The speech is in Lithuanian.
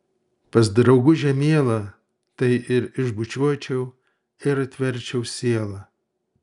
pas draugužę mielą tai ir išbučiuočiau ir atverčiau sielą